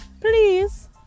please